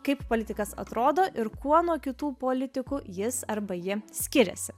kaip politikas atrodo ir kuo nuo kitų politikų jis arba ji skiriasi